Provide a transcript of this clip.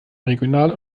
regional